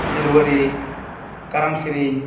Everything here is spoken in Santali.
ᱜᱳᱞᱣᱟᱨᱤ ᱠᱟᱨᱟᱢ ᱥᱮᱨᱮᱧ